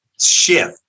shift